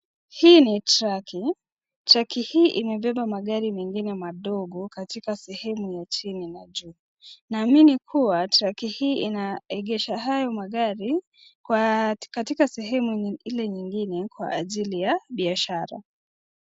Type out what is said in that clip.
Hii ni traki. Traki hii imebeba magari mengine madogo katika sehemu ya chini na juu. Naamini kuwa traki hii inaegesha hayo magari, kwa katika sehemu ile nyingine kwa ajili ya biashara.